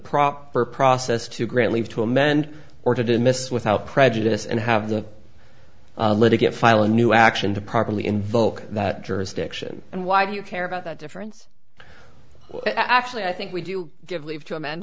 proper process to grant leave to amend or to dismiss without prejudice and have the litigant file a new action to properly invoke that jurisdiction and why do you care about that difference actually i think we do give leave to amend